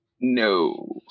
No